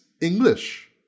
English